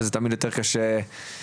זה תמיד יותר קשה לאסוף.